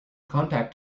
contact